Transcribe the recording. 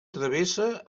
travessa